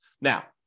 Now